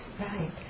Right